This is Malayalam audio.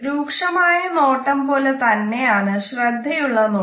രൂക്ഷമായ നോട്ടം പോലെ തന്നെയാണ് ശ്രദ്ധയുളള നോട്ടവും